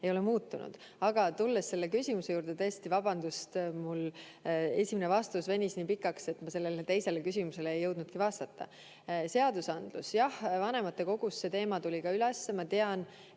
ei ole muutunud. Aga tulles selle küsimuse juurde, siis tõesti, vabandust, mul esimene vastus venis nii pikaks, et ma teisele küsimusele ei jõudnudki vastata. Seadusandlus. Jah, vanematekogus see teema tuli üles ja ma tean,